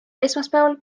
esmaspäeval